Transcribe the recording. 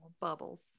Bubbles